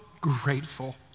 grateful